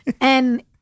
And-